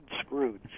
screwed